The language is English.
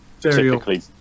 typically